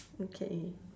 okay